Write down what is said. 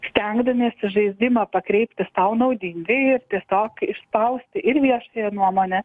stengdamiesi žaisdimą pakreipti sau naudingai tiesiog išspaust ir viešąją nuomonę